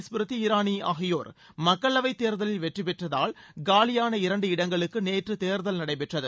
ஸ்மிரிதி இரானி ஆகியோர் மக்களவைத் தேர்தலில் வெற்றிபெற்றதால் காலியான இரண்டு இடங்களுக்கு நேற்று தேர்தல் நடைபெற்றது